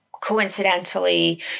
coincidentally